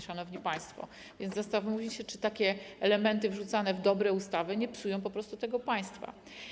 Szanowni państwo, zastanówmy się, czy takie elementy wrzucane w dobre ustawy nie psują po prostu państwa.